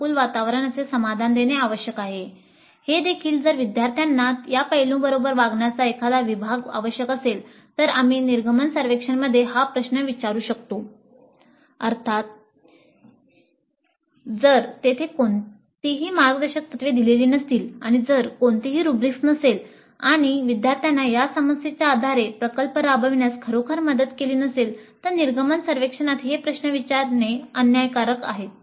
अर्थात जर तेथे कोणतीही मार्गदर्शक तत्त्वे दिलेली नसतील आणि जर कोणतीही रुब्रिक्स नसेल आणि विद्यार्थ्यांना या समस्येच्या आधारे प्रकल्प राबविण्यास खरोखर मदत केली नसेल तर निर्गम सर्वेक्षणात हे प्रश्न विचारणे अन्यायकारक आहे